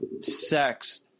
sex